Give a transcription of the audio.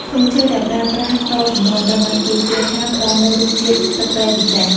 ធុងឈើ ដែលប្រើប្រាស់តជំនាន់ ត្រូវបានគេជឿថាផ្តល់នូវរសជាតិទឹកត្រីពិសេស។